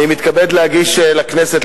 אני מתכבד להגיש לכנסת,